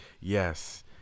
yes